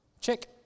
Check